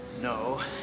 No